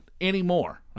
anymore